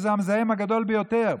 והן המזהם הגדול ביותר.